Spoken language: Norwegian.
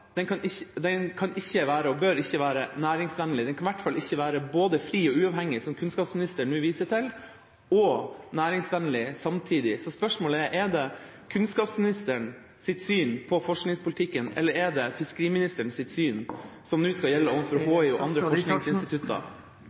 den kan ikke være, og bør ikke være, næringsvennlig. Den kan i hvert fall ikke være både fri og uavhengig, som kunnskapsministeren nå viser til, og samtidig næringsvennlig. Så spørsmålet er: Er det kunnskapsministerens syn på forskningspolitikken eller er det fiskeriministerens syn som nå skal gjelde overfor HI og andre forskningsinstitutter?